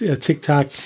TikTok